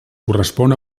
correspon